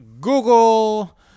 Google